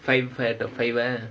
five out of five